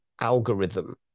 algorithm